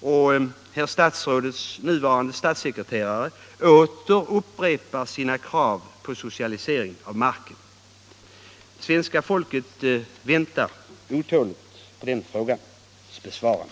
och herr statsrådets nuvarande statssekreterare åter upprepar sina krav på socialisering av marken? Svenska folket väntar otåligt på den frågans besvarande.